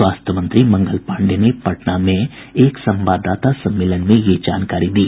स्वास्थ्य मंत्री मंगल पांडेय ने पटना में एक संवाददाता सम्मेलन में यह जानकारी दी